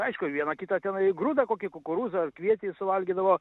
aišku viena kitą tenai grūdą kokį kukurūzą ar kvietį suvalgydavo